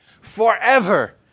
forever